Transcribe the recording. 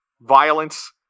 violence